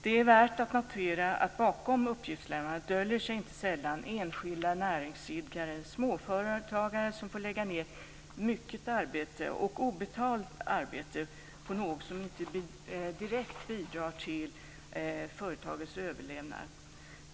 Det är värt att notera att bakom uppgiftslämnandet döljer sig inte sällan enskilda näringsidkare och småföretagare som får lägga ned mycket arbete och obetald tid på något som inte direkt bidrar till företagets överlevnad.